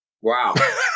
Wow